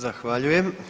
Zahvaljujem.